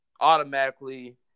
Automatically